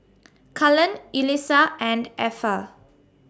Cullen Yulissa and Effa